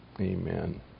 amen